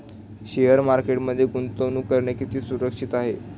Share मार्केटमध्ये गुंतवणूक करणे किती सुरक्षित आहे?